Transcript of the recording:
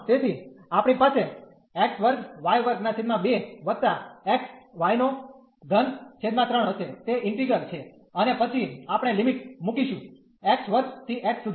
તેથી આપણી પાસે હશે તે ઇન્ટીગ્રલ integral0 છે અને પછી આપણે લિમિટ મુકીશું સુધી